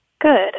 Good